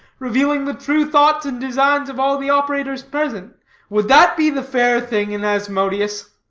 revealing the true thoughts and designs of all the operators present would that be the fair thing in asmodeus?